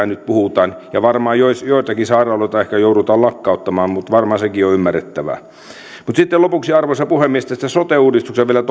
nyt puhutaan ja varmaan joitakin sairaaloita ehkä joudutaan lakkauttamaan mutta varmaan sekin on ymmärrettävää mutta sitten lopuksi arvoisa puhemies tästä sote uudistuksesta vielä